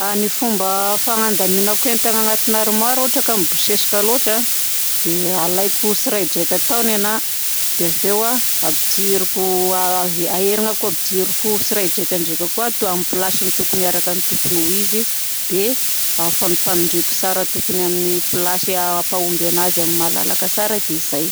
Ny fomba fandaminako entana agnatina armoara ohatra ka mibosesika loatra dia alaiko tsiraidraika tao nenahy dia avy eo ampidiriko, aherignako ampidiriko tsiraidraika ndraika koa amin'ny place-ny tokony araka ny tokony ho izy. Dia ampifanifanindriako tsara tokony hampahomby anazy amin'ny malalaka tsara. Dia zay!